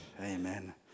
Amen